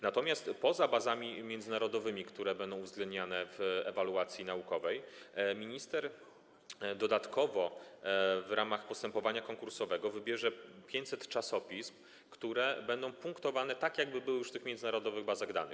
Natomiast poza bazami międzynarodowymi, które będą uwzględniane w ewaluacji naukowej, minister dodatkowo w ramach postępowania konkursowego wybierze 500 czasopism, które będą punktowane tak, jakby już były w tych międzynarodowych bazach danych.